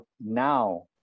now